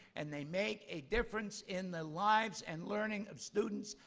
and they make a difference in the lives and learning of students,